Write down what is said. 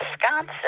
Wisconsin